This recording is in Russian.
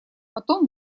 потом